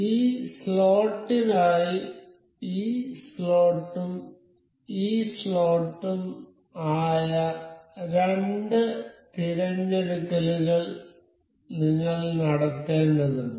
ഈ സ്ലോട്ടിനായി ഈ സ്ലോട്ടും ഈ സ്ലോട്ടും ആയ രണ്ട് തിരഞ്ഞെടുക്കലുകൾ നിങ്ങൾ നടത്തേണ്ടതുണ്ട്